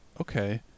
okay